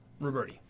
Roberti